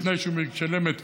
בתנאי שהוא משלם את